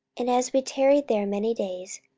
and as we tarried there many days,